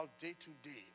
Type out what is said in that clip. day-to-day